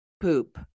poop